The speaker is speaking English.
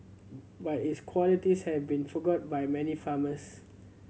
but its qualities have been forgot by many farmers